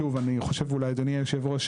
שוב אני חושב אדוני היו"ר,